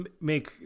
make